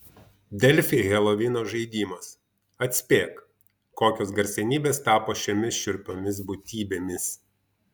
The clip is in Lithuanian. delfi helovino žaidimas atspėk kokios garsenybės tapo šiomis šiurpiomis būtybėmis